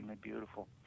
beautiful